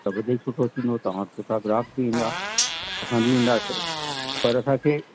सभु जीअं सुठो थींदो तव्हां वटि सुठा ग्राहक बि ईंदा असां बि ईंदासीं पर असांखे